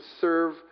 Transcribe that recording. serve